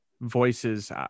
voices